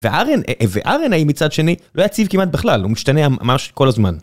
והארן, והארן ההיא מצד שני, לא יציב כמעט בכלל, הוא משתנה ממש כל הזמן.